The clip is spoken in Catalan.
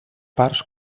parts